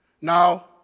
Now